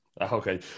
Okay